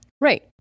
right